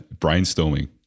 brainstorming